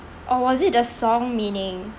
or was it the song meaning